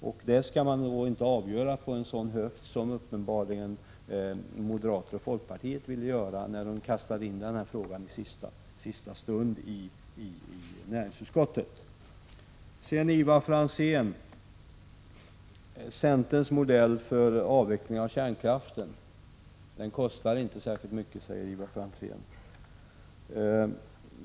En sådan fråga skall inte avgöras på en höft, vilket tydligen moderaterna och folkpartiet vill göra när de kastar in den i sista stund i näringsutskottets behandling. Till Ivar Franzén: Centerns modell för avveckling av kärnkraften kostar inte särskilt mycket, säger Ivar Franzén.